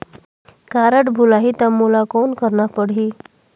Card भुलाही ता मोला कौन करना परही?